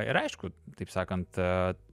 ir aišku taip sakant